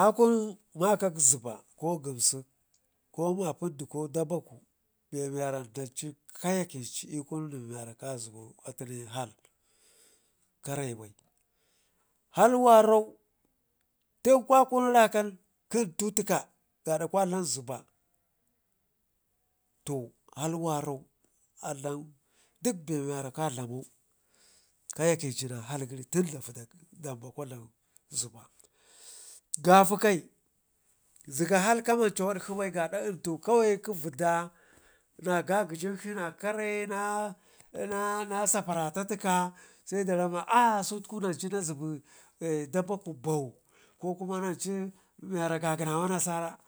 Akun makak zeba ko gam zeb koma pindi ko dabaku miwara dancu ka yekənci l'kun nen miwara ka zebau atune hal hal wa rau tunkwanu rakan kə lntu tikka gaada kwa dlam ziɓa, to halwarau a dlam dik be miware ka dlamau ka ye kəncina hal gəri tunda vuda damba kwa dlam ziba, gafa kai ziga hal kaman cawad kishi bai gaada kawai intu kawai kə vidda na gagəzin shi karena sabarata tikka se da ramma aa sutku nancu nazibi dabaku bau kokuma nancu miwara gagənawa nasara,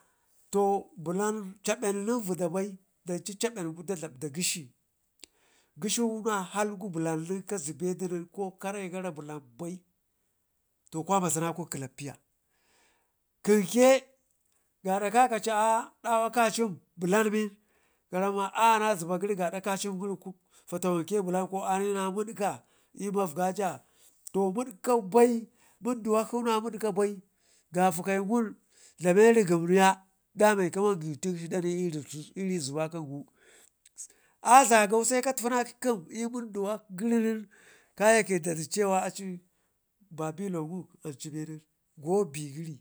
to blan cabel nen vidde be danci cabelgu da dlabeda gəshi, gəshi na halgu bulan nen kazzibe da nen ko kare gara blenbai, to kwan basu nakun klappiya kəmkə gaada gaada ƙa kaci adawa kashem bulalmin karamma a naziba gəri gaada kashe mgu fatawanke blan ko anina muddika l'maugaja to mud'ƙau bai munduwakshu na mudikoba, i gafa kwaya wun dlemau rigəmiya dame kə mangaucinkshi dane iri ziba kəmgu azagau se kattina kəm l'munduwa gəri nen ka yekəntadu cewa acu babilo wun aci benin gobe gəri.